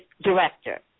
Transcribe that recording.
director